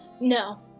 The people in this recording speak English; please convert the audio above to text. no